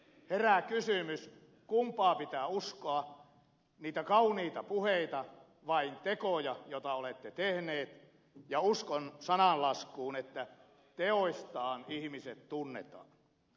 herää kysymys kumpaa pitää uskoa niitä kauniita puheita vai tekoja joita olette tehneet ja uskon sananlaskuun että teoistaan ihmiset tunnetaan